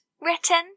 written